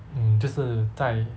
hmm 就是在